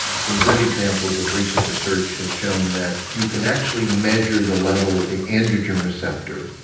some good examples of recent research have shown that you can actually measure the level of the androgen receptor.